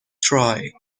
try